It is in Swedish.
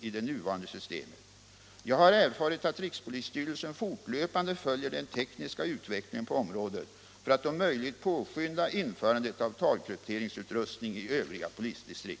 Jag har erfarit att rikspolisstyrelsen fortlöpande följer den tekniska utvecklingen på området för att om möjligt påskynda införandet av talkrypteringsutrustning i övriga polisdistrikt.